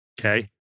Okay